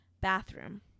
bathroom